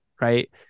right